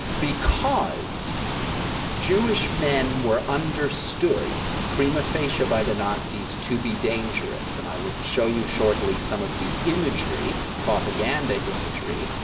because jewish men were understood prima facie by the nazis to be dangerous, and i will show you shortly some of the imagery, propaganda imagery,